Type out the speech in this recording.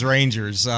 Rangers